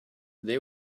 they